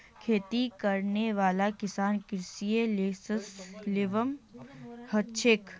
खेती करने वाला किसानक कृषि लाइसेंस लिबा हछेक